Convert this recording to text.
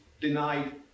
denied